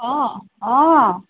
অঁ অঁ